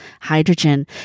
hydrogen